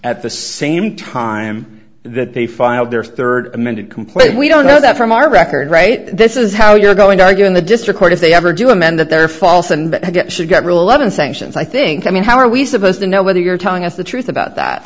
at the same time that they filed their third amended complaint we don't know that from our record rate this is how you're going to argue in the district court if they ever do amend that they're false and get should get real eleven sanctions i think i mean how are we supposed to know whether you're telling us the truth about that